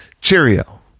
cheerio